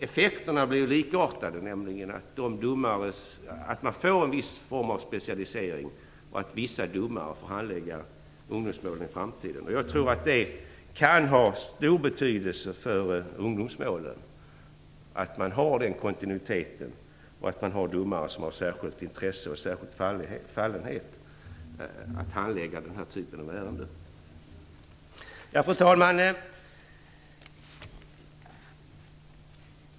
Effekterna blir dock likartade, nämligen att man får en viss form av specialisering och att vissa domare får handlägga ungdomsmål i framtiden. Jag tror att det kan ha stor betydelse för ungdomsmålen att man har den kontinuiteten och att man har domare som har särskilt intresse och särskild fallenhet för att handlägga den här typen av ärenden. Fru talman!